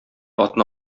атна